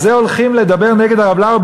על זה הולכים לדבר נגד הרב לאו,